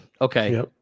Okay